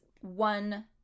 one